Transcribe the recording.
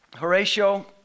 Horatio